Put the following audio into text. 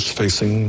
facing